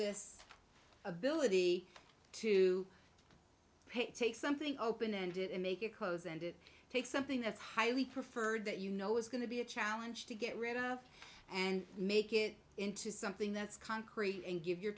this ability to take something open ended and make it close and it takes something that's highly preferred that you know is going to be a challenge to get rid of and make it into something that's concrete and give your